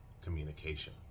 communication